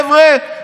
חבר'ה,